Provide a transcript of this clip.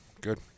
Good